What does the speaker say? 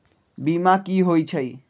बीमा कि होई छई?